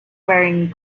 wearing